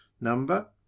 Number